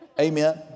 Amen